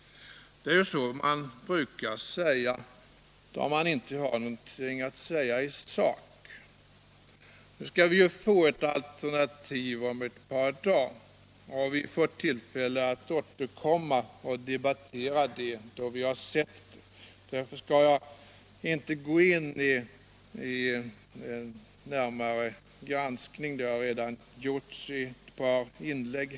Det är ju så man brukar säga när man inte har någonting att säga i sak. Nu kan vi ju få ett alternativ om ett par dagar, och vi får tillfälle att återkomma och debattera det då vi sett det. Därför skall jag inte gå in på någon närmare granskning. Det har redan gjorts i ett par inlägg.